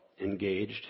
engaged